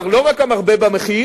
כלומר, לא רק המרבה במחיר.